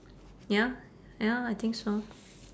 ya ya I think so